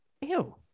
Ew